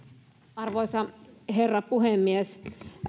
arvoisa herra puhemies